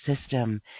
system